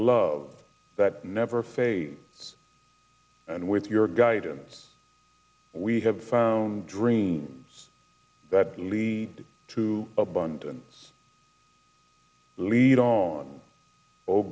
love that never fades and with your guidance we have found dreams that lead to abundance lead on o